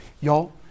y'all